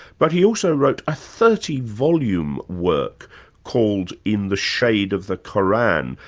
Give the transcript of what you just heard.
but he also wrote a thirty volume work called in the shade of the qur'an,